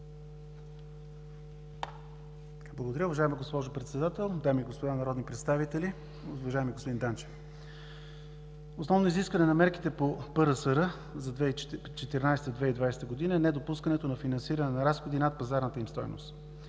Благодаря, уважаема госпожо Председател. Дами и господа народни представители, уважаеми господин Данчев! Основно изискване на мерките по ПРСР за 2014 – 2020 г. е недопускането на финансиране на разходи над пазарната им стойност.